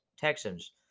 Texans